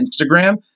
Instagram